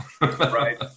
Right